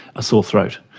a sore throat.